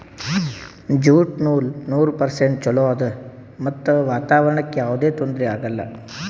jute ನೂಲ್ ನೂರ್ percent ಚೊಲೋ ಆದ್ ಮತ್ತ್ ವಾತಾವರಣ್ಕ್ ಯಾವದೇ ತೊಂದ್ರಿ ಆಗಲ್ಲ